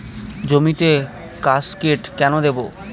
জমিতে কাসকেড কেন দেবো?